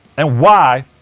and why.